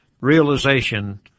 realization